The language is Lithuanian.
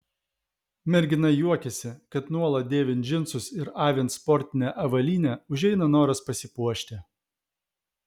mergina juokiasi kad nuolat dėvint džinsus ir avint sportinę avalynę užeina noras pasipuošti